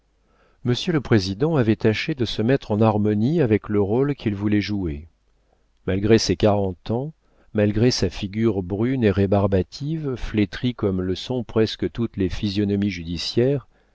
monsieur le président avait tâché de se mettre en harmonie avec le rôle qu'il voulait jouer malgré ses quarante ans malgré sa figure brune et rébarbative flétrie comme le sont presque toutes les physionomies judiciaires